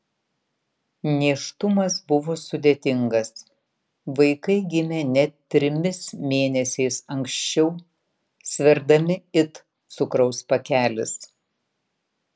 nėštumas buvo sudėtingas vaikai gimė net trimis mėnesiais anksčiau sverdami it cukraus pakelis